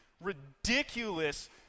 ridiculous